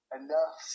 enough